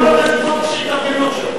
למה אתה לא נותן את חופש ההתארגנות שם?